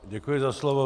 Děkuji za slovo.